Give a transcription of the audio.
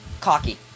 Cocky